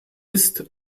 ist